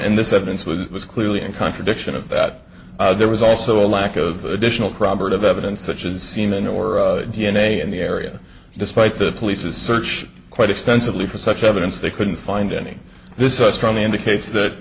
and this evidence was it was clearly in contradiction of that there was also a lack of additional probert of evidence such as semen or d n a in the area despite the police's search quite extensively for such evidence they couldn't find any this so strongly indicates that